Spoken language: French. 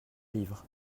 livre